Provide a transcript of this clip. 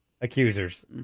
accusers